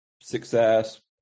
success